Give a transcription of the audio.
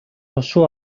хошуу